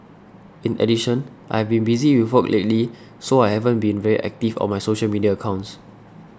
in addition I've been busy with work lately so I haven't been very active on my social media accounts